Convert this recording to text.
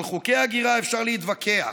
על חוקי ההגירה אפשר להתווכח,